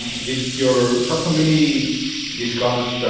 did your subcommittee discuss